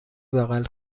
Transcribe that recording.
بغل